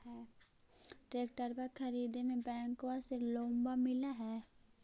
ट्रैक्टरबा खरीदे मे बैंकबा से लोंबा मिल है?